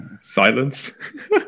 Silence